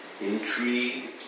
Intrigue